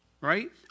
right